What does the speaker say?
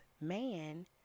man